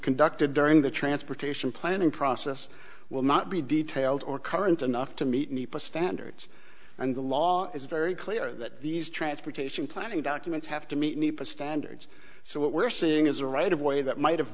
conducted during the transportation planning process will not be detailed or current enough to meet any standards and the law is very clear that these transportation planning documents have to meet need to standards so what we're seeing is a right of way that might have